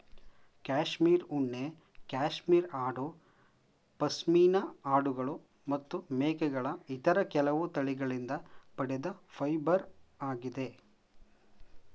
cashmere ಉಣ್ಣೆ cashmere ಆಡು ಪಶ್ಮಿನಾ ಆಡುಗಳು ಮತ್ತು ಮೇಕೆಗಳ ಇತರ ಕೆಲವು ತಳಿಗಳಿಂದ ಪಡೆದ ಫೈಬರಾಗಿದೆ